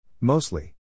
Mostly